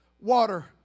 water